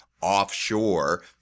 offshore